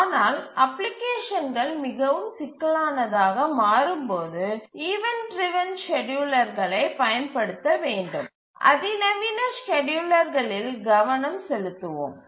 ஆனால் அப்ளிகேஷன்கள் மிகவும் சிக்கலானதாக மாறும்போது ஈவண்ட் டிரவன் ஸ்கேட்யூலர்களை பயன்படுத்த வேண்டும் என்பதால் அதிநவீன ஸ்கேட்யூலர்களில் கவனம் செலுத்துவோம்